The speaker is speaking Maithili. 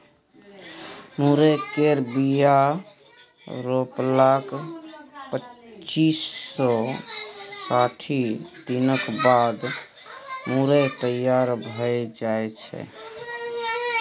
मुरय केर बीया रोपलाक पच्चीस सँ साठि दिनक बाद मुरय तैयार भए जाइ छै